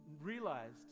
realized